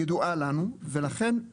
ידועה לנו ולכן,